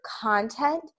content